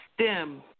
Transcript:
STEM